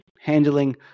Handling